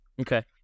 Okay